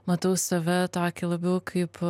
matau save tokį labiau kaip